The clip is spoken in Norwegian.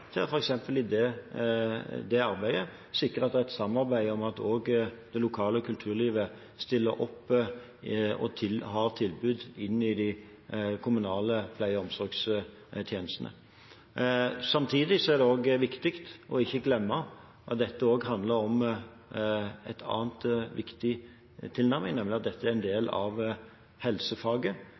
til å sikre et samarbeid med det lokale kulturlivet, at de stiller opp og har tilbud inn i de kommunale pleie- og omsorgstjenestene. Samtidig er det viktig ikke å glemme at dette også handler om en annet viktig tilnærming, nemlig at dette er en del av helsefaget,